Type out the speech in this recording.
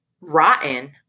rotten